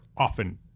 often